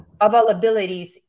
availabilities